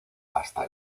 hasta